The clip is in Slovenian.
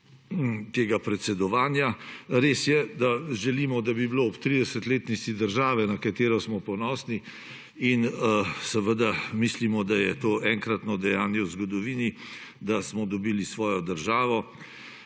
tega predsedovanja. Res je, da želimo, da bi bilo ob 30-letnici države, na katero smo ponosni in seveda, mislimo, da je to enkratno dejanje v zgodovini, da smo dobili svojo državo.